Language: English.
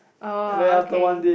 orh okay